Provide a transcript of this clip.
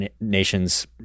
nation's